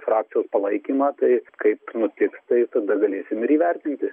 frakcijos palaikymą tai kaip nutiks tai tada galėsim ir įvertinti